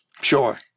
Sure